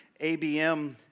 ABM